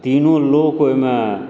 तिनु लोक ओहिमे